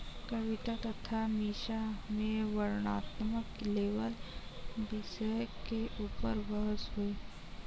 कविता तथा मीसा में वर्णनात्मक लेबल विषय के ऊपर बहस हुई